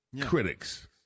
Critics